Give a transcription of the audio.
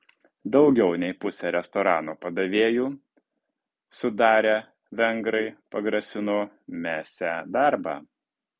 daugiau nei pusę restorano padavėjų sudarę vengrai pagrasino mesią darbą